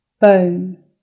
bone